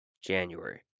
January